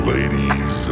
Ladies